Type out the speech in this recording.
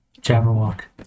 Jabberwock